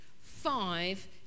five